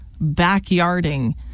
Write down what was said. backyarding